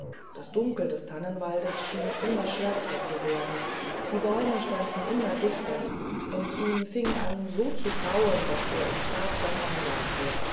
das dunkel des tannenwaldes schien immer schwärzer zu werden die bäume standen immer dichter und ihm fing an so zu grauen daß er im trab